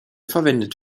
verwendet